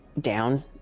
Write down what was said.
down